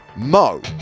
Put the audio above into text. Mo